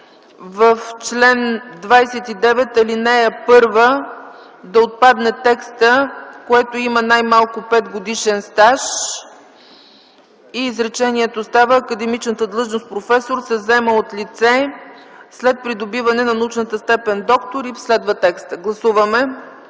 в чл. 29, ал. 1 да отпадне текстът „което има най-малко 5 годишен стаж”. Изречението става: „Академичната длъжност „професор” се заема от лице след придобиване на научната степен „доктор” ...” и следва текстът. Моля, гласувайте.